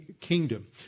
kingdom